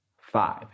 five